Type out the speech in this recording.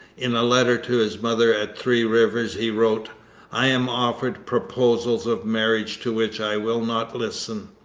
in a letter to his mother at three rivers he wrote i am offered proposals of marriage to which i will not listen.